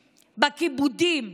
בזכות נדב ארגמן,